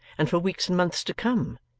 and for weeks and months to come,